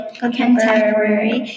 contemporary